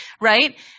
Right